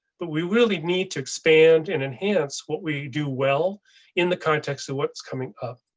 but we really need to expand and enhance what we do well in the context of what's coming up.